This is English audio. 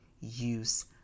use